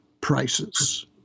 prices